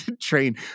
train